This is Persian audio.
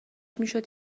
میشد